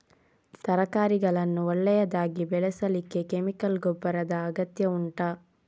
ತರಕಾರಿಗಳನ್ನು ಒಳ್ಳೆಯದಾಗಿ ಬೆಳೆಸಲಿಕ್ಕೆ ಕೆಮಿಕಲ್ ಗೊಬ್ಬರದ ಅಗತ್ಯ ಉಂಟಾ